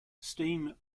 steam